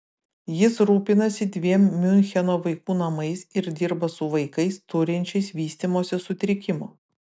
jis rūpinasi dviem miuncheno vaikų namais ir dirba su vaikais turinčiais vystymosi sutrikimų